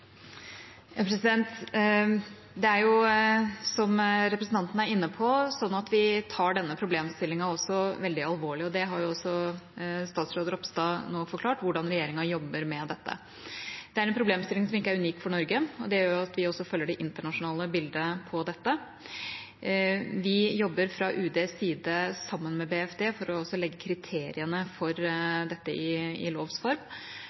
Som representanten er inne på, tar vi denne problemstillingen veldig alvorlig, og statsråd Ropstad har også forklart hvordan regjeringa jobber med dette. Det er en problemstilling som ikke er unik for Norge, og det gjør at vi også følger det internasjonale bildet på dette. Vi jobber fra UDs side sammen med BFD for å legge kriteriene for dette i lovs form.